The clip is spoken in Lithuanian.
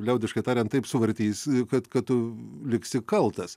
liaudiškai tariant taip suvartys kad kad tu liksi kaltas